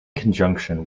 conjunction